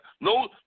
No